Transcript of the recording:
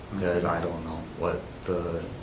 because i don't know what the,